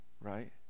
right